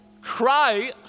cry